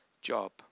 job